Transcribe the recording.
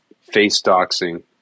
Face-doxing